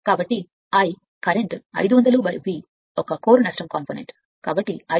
కాబట్టి I current 500 V యొక్క core loss component కాబట్టి 500 288